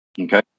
Okay